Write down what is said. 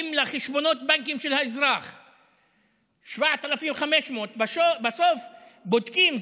לחשבונות הבנקים של האזרח 7,500. בסוף בודקים,